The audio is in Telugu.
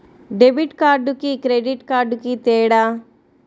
డెబిట్ కార్డుకి క్రెడిట్ కార్డుకి తేడా?